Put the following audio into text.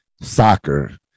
soccer